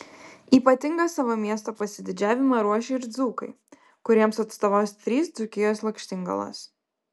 ypatingą savo miesto pasididžiavimą ruošia ir dzūkai kuriems atstovaus trys dzūkijos lakštingalos